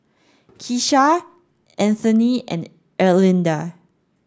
Keesha Anthoney and Erlinda